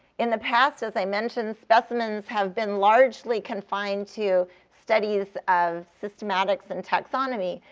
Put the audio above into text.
in the past, as i mentioned, specimens have been largely confined to studies of systematics and taxonomy.